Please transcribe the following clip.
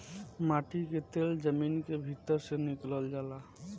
माटी के तेल जमीन के भीतर से निकलल जाला